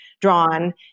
drawn